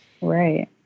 Right